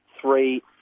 three